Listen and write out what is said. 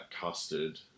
custard